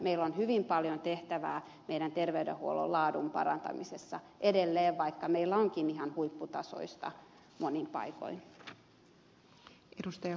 meillä on hyvin paljon tehtävää meidän terveydenhuollon laadun parantamisessa edelleen vaikka meillä onkin ihan huipputasoista monin paikoin